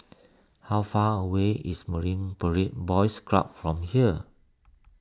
how far away is Marine Parade Boys Club from here